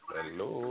Hello